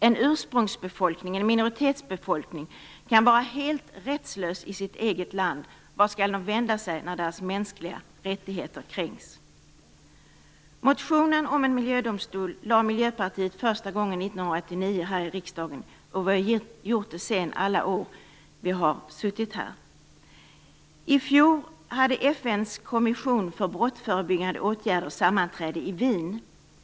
En ursprungsbefolkning och en minoritetsbefolkning kan vara helt rättslös i sitt eget land. Vart skall dessa människor vända sig när deras mänskliga rättigheter kränks? Motionen om en miljödomstol lade Miljöpartiet fram första gången 1989 här i riksdagen och har sedan gjort det alla år vi har suttit här. I fjol hade FN:s kommission för brottsförebyggande åtgärder sammanträde i Wien.